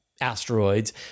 asteroids